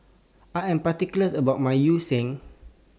I Am particular about My Yu Sheng